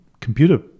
computer